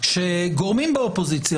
הוא שגורמים באופוזיציה,